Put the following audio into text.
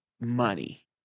Money